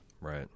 Right